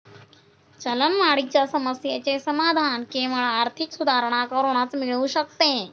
चलनवाढीच्या समस्येचे समाधान केवळ आर्थिक सुधारणा करूनच मिळू शकते